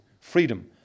freedom